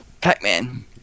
Pac-Man